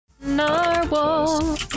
Narwhal